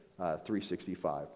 365